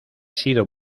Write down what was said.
sido